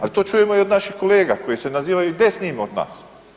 Ali to čujemo i od naših kolega koji se nazivaju desnijim od nas.